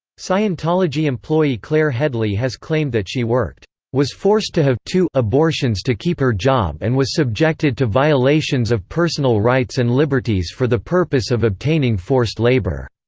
scientology employee claire headley has claimed that she worked was forced to have abortions to keep her job and was subjected to violations of personal rights and liberties for the purpose of obtaining forced labor.